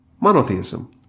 monotheism